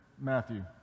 Matthew